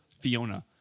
Fiona